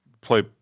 play